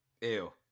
ew